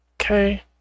Okay